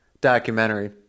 documentary